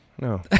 No